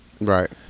Right